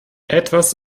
etwas